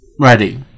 Ready